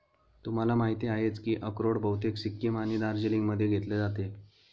तुम्हाला माहिती आहेच की अक्रोड बहुतेक सिक्कीम आणि दार्जिलिंगमध्ये घेतले जाते